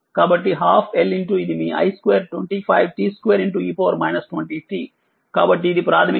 కాబట్టి12Lఇది మీi2 25t2e 20tకాబట్టిఇది ప్రాథమికంగా0